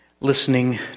listening